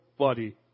body